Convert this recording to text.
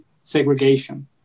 segregation